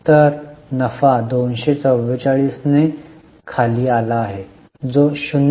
तर नफा 244 ने खाली आला आहे जो 0